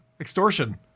extortion